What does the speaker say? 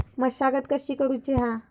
मशागत कशी करूची हा?